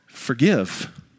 forgive